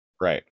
Right